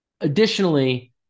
Additionally